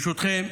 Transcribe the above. ברשותכם,